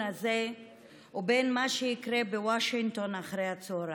הזה ובין מה שיקרה בוושינגטון אחרי הצוהריים.